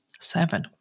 Seven